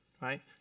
right